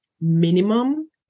minimum